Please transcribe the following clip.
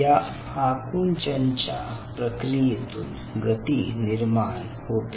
या आकुंचनच्या प्रक्रियेतून गती निर्माण होते